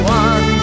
one